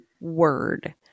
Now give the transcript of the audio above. word